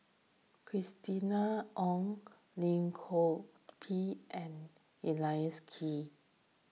Christina Ong Lim Chor Pee and Leslie Kee